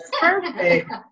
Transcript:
perfect